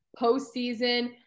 postseason